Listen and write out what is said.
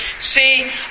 See